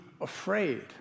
afraid